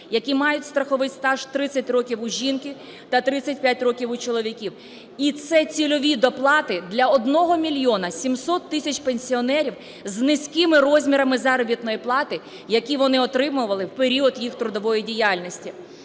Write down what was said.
які мають страховий стаж 30 років у жінки та 35 років у чоловіків. І це цільові доплати для одного 1 мільйона 700 тисяч пенсіонерів з низькими розмірами заробітної плати, які вони отримували в період їх трудової діяльності.